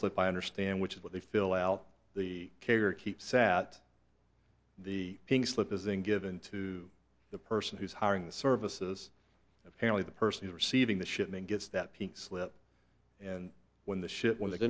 slip by understand which is what they fill out the carrier keep sat the pink slip is in given to the person who's hiring the services apparently the person receiving the shipment gets that pink slip and when the ship when the